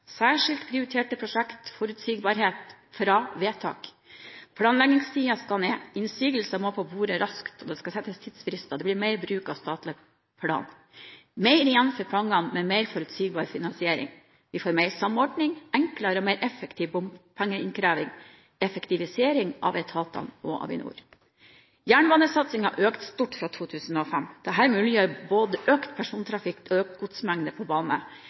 særskilt prioriterte prosjekter, forutsigbarhet fra vedtak. Planleggingstiden skal ned, innsigelser må på bordet raskt, det skal settes tidsfrister og det blir mer bruk av statlig plan. Det skal bli mer igjen for pengene med mer forutsigbar finansiering. Vi får mer samordning, enklere og mer effektiv bompengeinnkreving og effektivisering av etatene og Avinor. Jernbanesatsingen har økt stort fra 2005. Dette muliggjør både økt persontrafikk og økt godsmengde på bane.